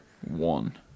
one